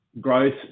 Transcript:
growth